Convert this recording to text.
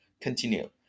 Continue